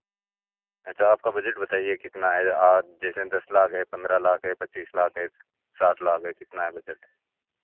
अच्छा आपका बजट बताईए कितना है आज जैसे दस लाख है पन्द्रह लाख है पच्चीस लाख है साठ लाख है कितना है बजट